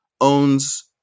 owns